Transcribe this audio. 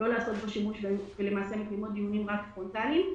שימוש בכלי הזה ולמעשה מקיימות דיונים רק פרונטליים,